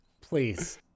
Please